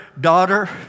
daughter